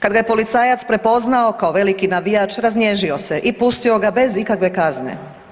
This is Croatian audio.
Kada ga je policajac prepoznao kao veliki navijač raznježio se i pustio ga je bez ikakve kazne.